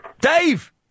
Dave